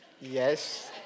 Yes